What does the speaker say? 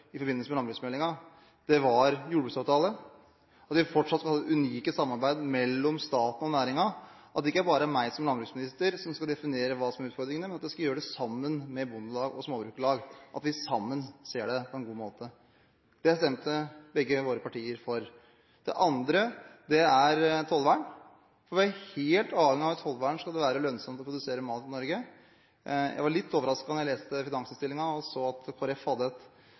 i forbindelse med landbruksmeldingen, var jordbruksavtale – at vi fortsatt skal ha det unike samarbeidet mellom staten og næringen, og at det ikke bare er meg som landbruksminister som skal definere hva som er utfordringene, men at jeg skal gjøre det sammen med bondelag og småbrukarlag, og sammen se det på en god måte. Det stemte begge våre partier for. Det andre er tollvern. Vi er helt avhengig av et tollvern skal det være lønnsomt å produsere mat i Norge. Jeg var litt overrasket da jeg leste finansinnstillingen og så at Kristelig Folkeparti hadde